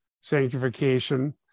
sanctification